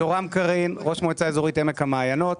אני ראש מועצה אזורית עמק המעיינות.